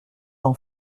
d’en